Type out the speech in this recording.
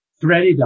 threaded